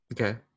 Okay